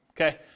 okay